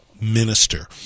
minister